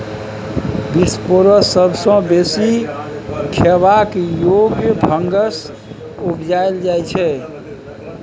बिसपोरस सबसँ बेसी खेबाक योग्य फंगस उपजाएल जाइ छै